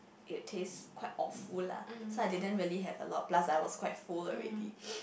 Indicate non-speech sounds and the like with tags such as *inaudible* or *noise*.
it taste quite awful lah so I didn't really have a lot plus I was quite full already *noise*